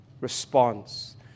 response